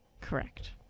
Correct